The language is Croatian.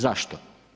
Zašto?